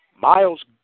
Miles